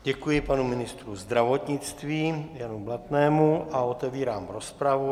Děkuji panu ministrovi zdravotnictví Janu Blatnému a otevírám rozpravu.